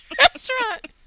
restaurant